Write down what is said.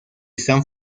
están